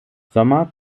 sommer